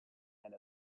and